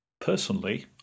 Personally